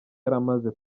yaramaze